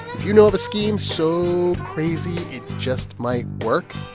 if you know of a scheme so crazy it just might work,